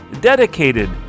dedicated